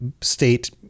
state